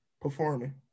performing